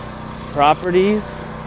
properties